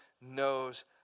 knows